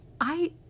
I-